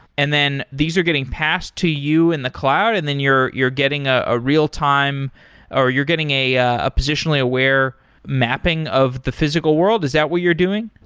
and then these are getting passed to you in the cloud and then you're you're getting ah ah real-time or you're getting a ah positionally aware mapping of the physical world? is that what you're doing?